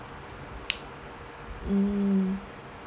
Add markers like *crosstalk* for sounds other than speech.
*noise* mm